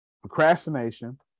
procrastination